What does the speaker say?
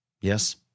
Yes